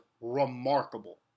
remarkable